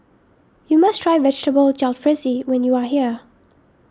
you must try Vegetable Jalfrezi when you are here